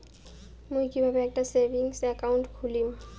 মুই কিভাবে একটা সেভিংস অ্যাকাউন্ট খুলিম?